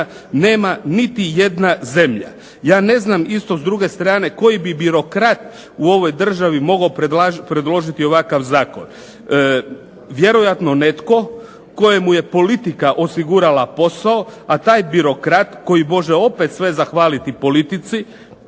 nema niti jedna zemlja. Ja ne znam isto s druge strane koji bi birokrat u ovoj državi mogao predložiti ovakav zakon. Vjerojatno netko komu je politika osigurala posao, a taj birokrat koji može opet sve zahvaliti politici